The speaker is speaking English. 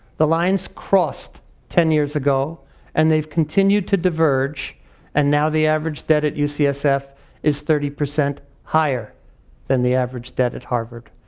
the lines crossed ten years ago and they've continued to diverge and now the average debt at uscf is thirty percent higher than the average debt at harvard.